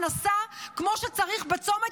שנסע כמו שצריך בצומת,